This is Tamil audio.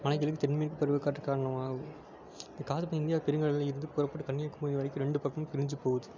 மழை திடீர்னு தென் மேற்கு பருவக் காற்றுக்கான இந்தக் காற்று இப்போ இந்தியா பெருங்கடலில் இருந்து புறப்பட்டு கன்னியாகுமரி வரைக்கும் ரெண்டு பக்கமும் பிரிஞ்சு போகுது